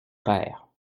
père